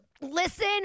Listen